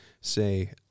say